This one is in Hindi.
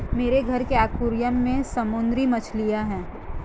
मेरे घर के एक्वैरियम में समुद्री मछलियां हैं